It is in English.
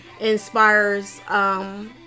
inspires